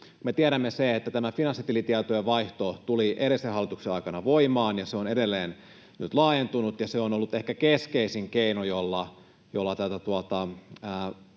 Me tiedämme sen, että tämä finanssitilitietojen vaihto tuli edellisen hallituksen aikana voimaan, ja se on edelleen nyt laajentunut, ja se on ollut ehkä keskeisin keino, jolla tätä